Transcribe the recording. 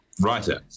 writer